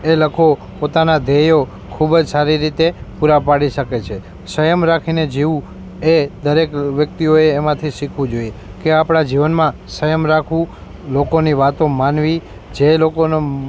એ લોકો પોતાના ધ્યેયો ખૂબ જ સારી રીતે પૂરાં પાડી શકે છે સંયમ રાખીને જીવવું એ દરેક વ્યક્તિઓએ એમાંથી શીખવું જોઈએ કે આપણા જીવનમાં સંયમ રાખવું લોકોની વાતો માનવી જે લોકોને